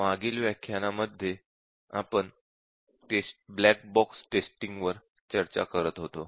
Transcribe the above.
मागील व्याख्यानामध्ये आपण ब्लॅक बॉक्स टेस्टिंग टेक्निक्स वर चर्चा करत होतो